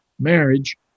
marriage